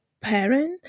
parent